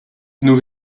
nous